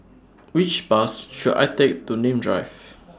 Which Bus should I Take to Nim Drive